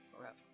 forever